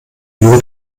nur